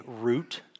root